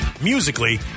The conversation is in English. musically